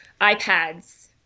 iPads